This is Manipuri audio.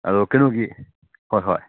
ꯑꯗꯨ ꯀꯩꯅꯣꯒꯤ ꯍꯣꯏ ꯍꯣꯏ